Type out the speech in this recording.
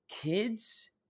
Kids